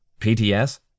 PTS